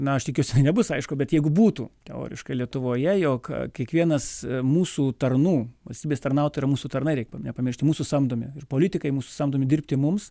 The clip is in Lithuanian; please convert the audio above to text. na aš tikiuosi nebus aišku bet jeigu būtų teoriškai lietuvoje jog kiekvienas mūsų tarnų valstybės tarnautojo mūsų tarnai reiktų nepamiršti mūsų samdomi ir politikai mūsų samdomi dirbti mums